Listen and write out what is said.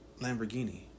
Lamborghini